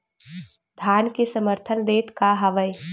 धान के समर्थन रेट का हवाय?